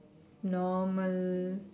normal